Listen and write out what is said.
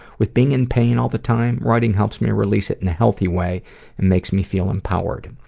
with being in pain all the time, writing helps me release it in a healthy way and makes me feel empowered.